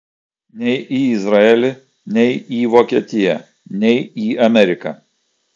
nei į izraelį nei į vokietiją nei į ameriką